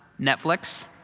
Netflix